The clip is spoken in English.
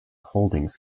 holdings